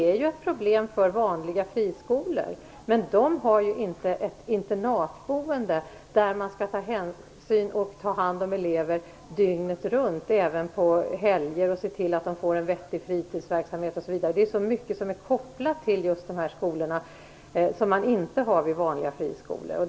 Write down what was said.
Detta är ju ett problem för vanliga friskolor, men de har ju inte något internatboende där hänsyn skall tas till att man skall ta hand om elever dygnet runt och även på helger och se till att de får en vettig fritidsverksamhet osv. Det är så mycket som är kopplat till just dessa skolor som man inte har vid andra friskolor.